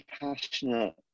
passionate